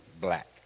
black